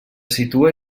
situa